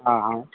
हाँ हाँ